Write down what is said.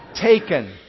Taken